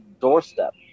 doorstep